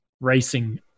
racing